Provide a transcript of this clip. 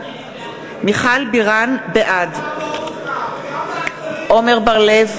בעד עמר בר-לב,